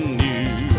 new